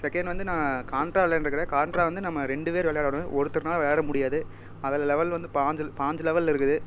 second வந்து நான் காண்ட்ரா விளையாண்டுருக்குறேன் காண்ட்ரா வந்து நம்ம ரெண்டு பேர் விளையாடோணும் ஒருத்தர்னாலே விளையாட முடியாது அதில் லெவல் வந்து பாய்ஞ்சு பாய்ஞ்சு லெவல் இருக்குது